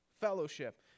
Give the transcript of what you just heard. fellowship